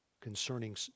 concerning